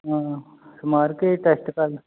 ਹਾਂ ਸਵਾਰ ਕੇ ਟੈਸਟ ਕਰ